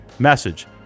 message